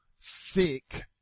sick